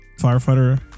firefighter